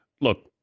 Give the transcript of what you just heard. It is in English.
look